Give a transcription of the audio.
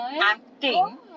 acting